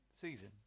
season